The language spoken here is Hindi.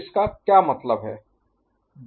SB ShiftQA Shift'B तो इसका क्या मतलब है